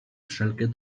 wszelkie